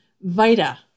vita